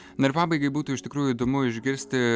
na ir pabaigai būtų iš tikrųjų įdomu išgirsti